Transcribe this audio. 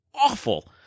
awful